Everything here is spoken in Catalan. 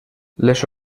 les